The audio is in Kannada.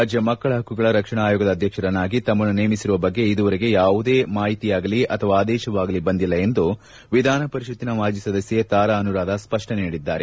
ರಾಜ್ಯ ಮಕ್ಕಳ ಹಕ್ಕುಗಳ ರಕ್ಷಣಾ ಆಯೋಗದ ಅಧ್ಯಕ್ಷರನ್ನಾಗಿ ತಮ್ಮನ್ನು ನೇಮಿಸಿರುವ ಬಗ್ಗೆ ಇದುವರೆಗೂ ತಮಗೆ ಯಾವುದೇ ಮಾಹಿತಿಯಾಗಲಿ ಆದೇಶವಾಗಲಿ ಬಂದಿಲ್ಲ ಎಂದು ವಿಧಾನಪರಿಷತ್ತಿನ ಮಾಜಿ ಸದಸ್ನೆ ತಾರಾ ಅನುರಾಧ ಸ್ವಷ್ಷನೆ ನೀಡಿದ್ದಾರೆ